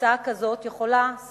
הקצאה כזאת יכולה,